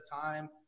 time